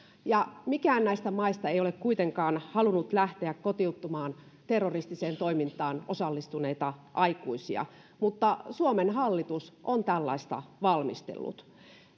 ja mikään näistä maista ei ole kuitenkaan halunnut lähteä kotiuttamaan terroristiseen toimintaan osallistuneita aikuisia mutta suomen hallitus on tällaista valmistellut